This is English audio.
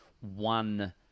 one